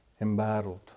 embattled